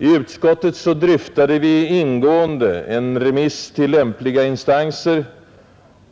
I utskottet dryftade vi ingående en remiss av motionen till lämpliga instanser,